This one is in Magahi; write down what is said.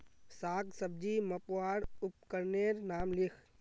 साग सब्जी मपवार उपकरनेर नाम लिख?